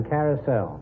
Carousel